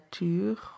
nature